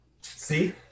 see